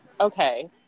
Okay